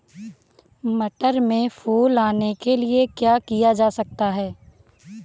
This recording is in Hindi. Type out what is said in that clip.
मटर में फूल आने के लिए क्या किया जा सकता है?